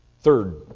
Third